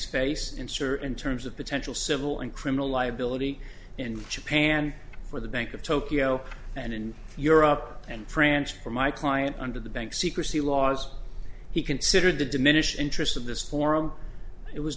face answer in terms of potential civil and criminal liability in japan for the bank of tokyo and in europe and france for my client under the bank secrecy laws he considered the diminished interest of this forum it was